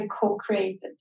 co-created